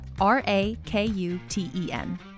R-A-K-U-T-E-N